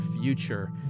future